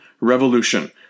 revolution